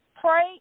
Pray